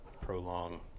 prolong